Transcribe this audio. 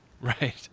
Right